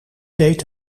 deed